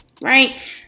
right